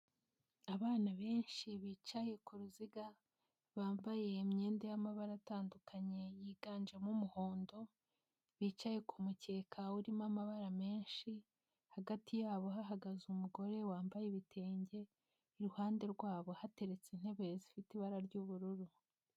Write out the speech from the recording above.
Abana benshi bicaye ku ruziga, bambaye imyenda y'amabara atandukanye yiganjemo umuhondo, bicaye ku mukeka urimo amabara menshi, hagati yabo hahagaze umugore wambaye ibitenge, iruhande rwabo hateretse intebe zifite ibara ry'ubururu.